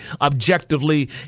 objectively